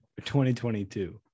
2022